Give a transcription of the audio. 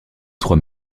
trois